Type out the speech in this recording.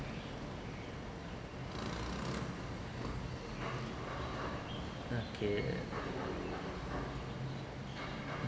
okay